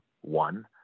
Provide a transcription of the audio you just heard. one